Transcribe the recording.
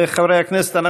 חברי הכנסת,